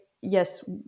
yes